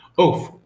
oof